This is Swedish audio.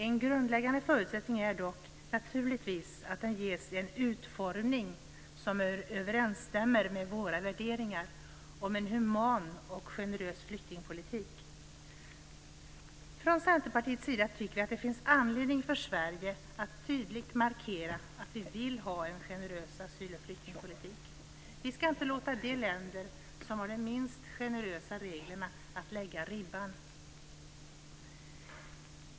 En grundläggande förutsättning är dock naturligtvis att den ges en utformning som överensstämmer med våra värderingar om en human och generös flyktingpolitik. Från Centerpartiets sida tycker vi att det finns anledning för Sverige att tydligt markera att vi vill ha en generös asyl och flyktingpolitik. Vi ska inte låta de länder som har de minst generösa reglerna lägga ribban.